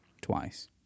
twice